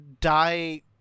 die